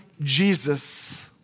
Jesus